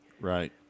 Right